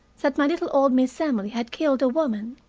that my little old miss emily had killed a woman.